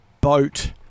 boat